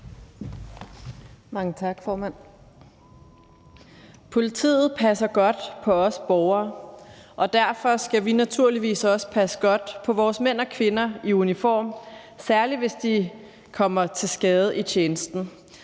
Politiet passer godt på os borgere, og derfor skal vi naturligvis også passe godt på vores mænd og kvinder i uniform, særlig hvis de kommer til skade i tjenesten.